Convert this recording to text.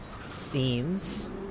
Seems